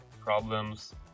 problems